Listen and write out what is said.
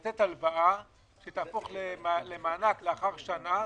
לתת הלוואה שתהפוך למענק אחר שנה,